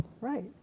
right